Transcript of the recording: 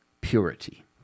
purity